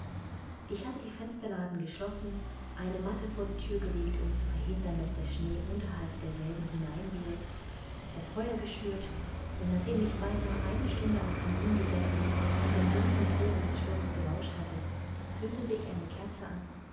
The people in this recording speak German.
ich hatte die fensterladen geschlossen eine matte vor die thür gelegt um zu verhindern daß der schnee unterhalb derselben hereinwehe das feuer geschürt und nachdem ich beinahe eine stunde am kamin gesessen und dem dumpfen toben des sturms gelauscht hatte zündete ich eine kerze an